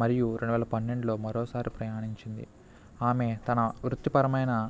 మరియు రెండు వేల పన్నెండ్లో మరోసారి ప్రయాణించింది ఆమె తన వృత్తిపరమైన